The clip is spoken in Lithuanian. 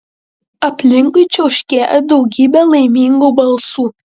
aplinkui čiauškėjo daugybė laimingų balsų